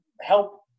help